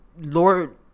Lord